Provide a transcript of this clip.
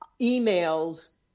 emails